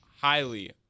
highly